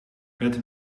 het